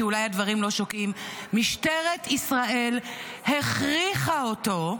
כי אולי הדברים לא שוקעים: משטרת ישראל הכריחה אותו,